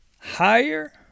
Higher